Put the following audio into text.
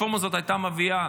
הרפורמה הזאת הייתה מביאה